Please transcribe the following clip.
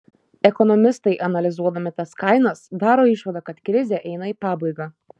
ekonomistai analizuodami tas kainas daro išvadą kad krizė eina į pabaigą